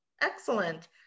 excellent